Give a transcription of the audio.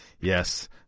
Yes